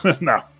No